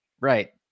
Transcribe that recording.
Right